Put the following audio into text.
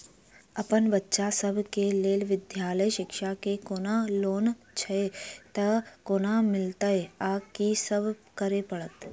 अप्पन बच्चा सब केँ लैल विधालय शिक्षा केँ कोनों लोन छैय तऽ कोना मिलतय आ की सब करै पड़तय